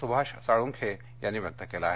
सुभाष साळुंखे यांनी व्यक्त केलं आहे